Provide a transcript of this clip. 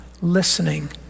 listening